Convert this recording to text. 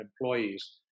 employees